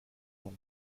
nom